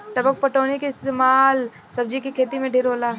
टपक पटौनी के इस्तमाल सब्जी के खेती मे ढेर होला